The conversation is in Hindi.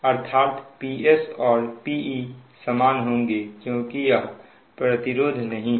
अर्थात Ps और Pi समान होंगे क्योंकि यहां प्रतिरोध नहीं है